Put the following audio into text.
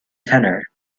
tenor